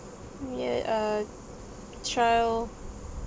ya err child